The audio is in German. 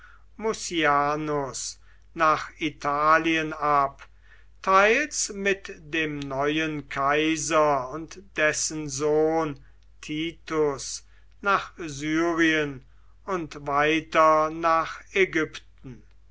mucianus nach italien ab teils mit dem neuen kaiser und dessen sohn titus nach syrien und weiter nach ägypten